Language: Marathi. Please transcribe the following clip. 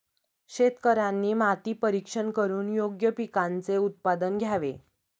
शेतकऱ्यांनी माती परीक्षण करून योग्य पिकांचे उत्पादन घ्यावे